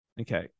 Okay